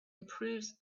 improves